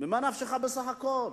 בסך הכול?